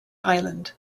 island